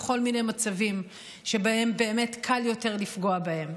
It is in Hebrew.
בכל מיני מצבים שבהם קל יותר לפגוע בהם.